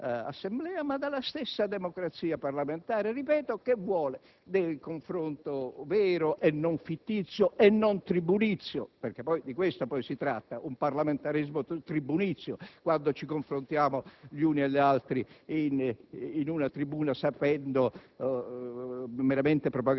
della nostra Assemblea, ma della stessa democrazia parlamentare, ripeto, che vuole il confronto vero e non fittizio né tribunizio. Perché poi di questo si tratta: di un parlamentarismo tribunizio, quando ci confrontiamo gli uni contro gli altri in una tribuna meramente